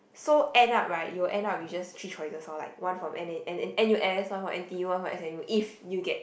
so end up right you will end up with just three choices lor like one from N N n_u_s one from n_t_u one from s_m_u if you get